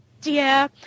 Dear